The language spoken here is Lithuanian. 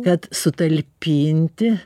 kad sutalpinti